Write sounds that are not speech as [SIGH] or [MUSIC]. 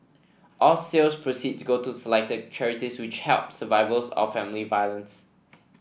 all sales proceeds go to selected charities which help survivors of family violence [NOISE]